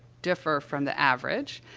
differ from the average,